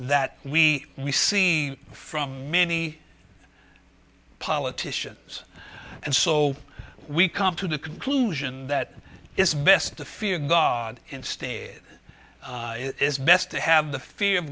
that we we see from many politicians and so we come to the conclusion that it is best to fear god instead it is best to have the fear of